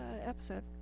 episode